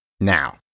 Now